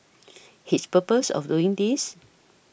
his purpose of doing this